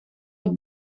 het